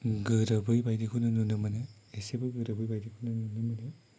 गोरोबै बायदिखौनो नुनो मोनो एसेबो गोरोबै बायदिखौनो नुनो मोनो